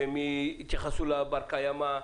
שהם יתייחסו לבר-קיימא,